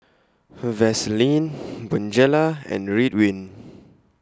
Vaselin Bonjela and Ridwind